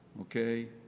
okay